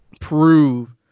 prove